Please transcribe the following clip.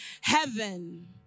heaven